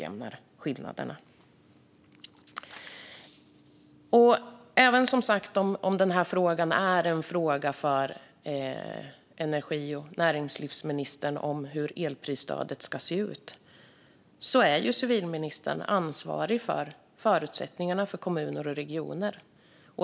Även om frågan om hur elprisstödet ska se ut är en fråga för energi och näringsministern är ju civilministern ansvarig för förutsättningarna för kommuner och regioner.